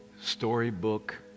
storybook